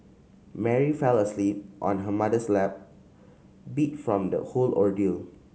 Mary fell asleep on her mother's lap beat from the whole ordeal